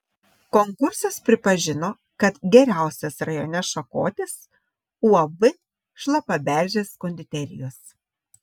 konkursas pripažino kad geriausias rajone šakotis uab šlapaberžės konditerijos